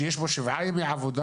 שיש בו שבעה ימי עבודה,